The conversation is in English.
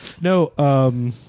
No